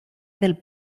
del